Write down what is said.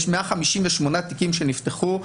יש 158 תיקים שנפתחו,